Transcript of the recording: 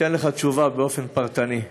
וניתן לך תשובה באופן פרטני.